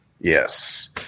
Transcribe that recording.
Yes